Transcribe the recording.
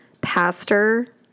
pastor